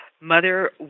Mother